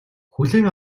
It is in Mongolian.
хүлээн